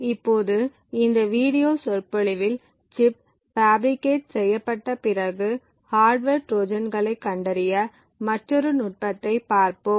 இப்போது இந்த வீடியோ சொற்பொழிவில் சிப் பாஃபிரிகேட் செய்யப்பட்ட பிறகு ஹார்ட்வர் ட்ரோஜான்களைக் கண்டறிய மற்றொரு நுட்பத்தைப் பார்ப்போம்